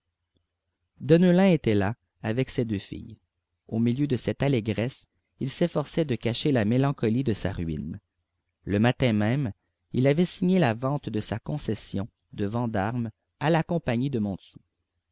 deneulin était là avec ses deux filles au milieu de cette allégresse il s'efforçait de cacher la mélancolie de sa ruine le matin même il avait signé la vente de sa concession de vandame à la compagnie de montsou